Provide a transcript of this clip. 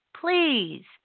Please